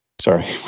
Sorry